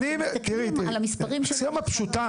אנחנו מדברים על המורחקים.